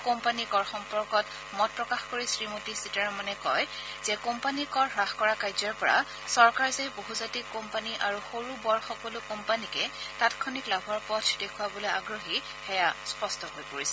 company কৰ সম্পৰ্কত মত প্ৰকাশ কৰি শ্ৰীমতী সীতাৰমণে কয় যে কোম্পানী কৰ হাস কৰা কাৰ্যৰ পৰা চৰকাৰ যে বহুজাতিক কোম্পানী আৰু সৰু বৰ সকলো কোম্পানীকে তাংক্ষণিক লাভৰ পথ দেখুৱাবলৈ আগ্ৰহী সেয়া স্পষ্ট হৈ পৰিছে